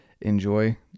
Enjoy